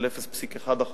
של 0.1%,